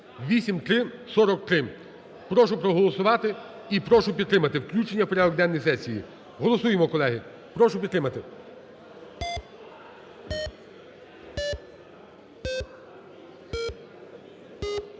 (8343). Прошу проголосувати і прошу підтримати включення в порядок денний сесії. Голосуємо, колеги. Прошу підтримати.